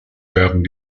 werden